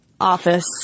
office